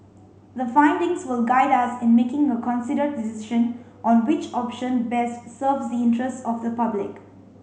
the findings will guide us in making a considered decision on which option best serves the interests of the public